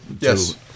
Yes